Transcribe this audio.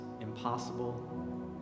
impossible